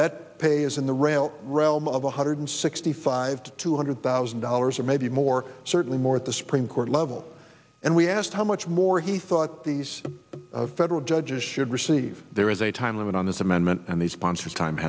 that pay is in the rail realm of one hundred sixty five to two hundred thousand dollars or maybe more certainly more at the supreme court level and we asked how much more he thought these federal judges should receive there is a time limit on this amendment and the sponsor time